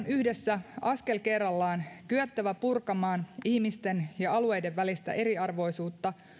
yhdessä askel kerrallaan kyettävä purkamaan ihmisten ja alueiden välistä eriarvoisuutta